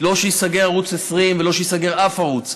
לא שייסגר ערוץ 20 ולא שייסגר אף ערוץ.